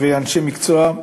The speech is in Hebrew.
ואנשי מקצוע.